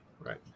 Right